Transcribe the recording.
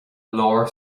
lár